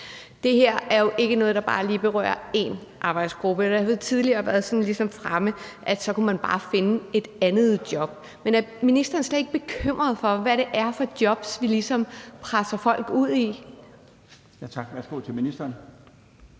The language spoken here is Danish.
Det her er jo ikke bare noget, der lige berøre én arbejdsgruppe. Det har tidligere været fremme, at man så bare kunne finde et andet job. Men er ministeren slet ikke bekymret for, hvad det er for jobs, vi ligesom presser folk ud i?